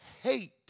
hate